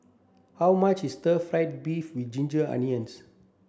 how much is stir fry beef with ginger onions